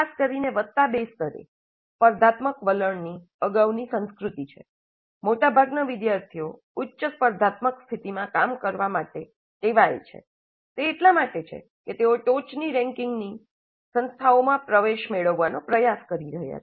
ખાસ કરીને વત્તા બે સ્તરે સ્પર્ધાત્મક વલણની અગાઉની સંસ્કૃતિ છે મોટાભાગના વિદ્યાર્થીઓ ઉચ્ચ સ્પર્ધાત્મક સ્થિતિમાં કામ કરવા માટે ટેવાય છે તે એટલા માટે છે કે તેઓ ટોચની રેન્કિંગની સંસ્થાઓમાં પ્રવેશ મેળવવાનો પ્રયાસ કરી રહ્યા છે